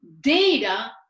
data